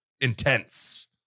intense